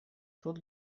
тут